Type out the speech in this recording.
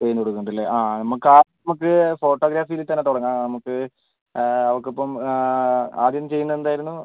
പ്രീയും കൊടുക്കുന്നുണ്ടല്ലെ നമുക്ക് അപ്പക്ക് ഫോട്ടോഗ്രാഫിയിൽ തന്നെ തുടങ്ങാം നമുക്ക് അവൾക്കിപ്പം ആദ്യം ചെയ്യുന്ന എന്തായിരുന്നു